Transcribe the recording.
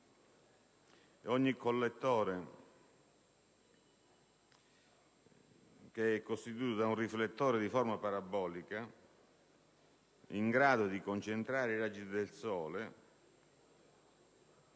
Ogni collettore, costituito da un riflettore di forma parabolica, è in grado di concentrare i raggi solari